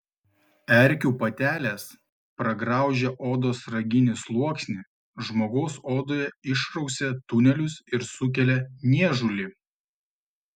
erkių patelės pragraužę odos raginį sluoksnį žmogaus odoje išrausia tunelius ir sukelia niežulį